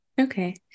Okay